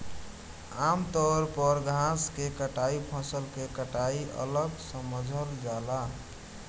आमतौर पर घास के कटाई फसल के कटाई अलग समझल जाला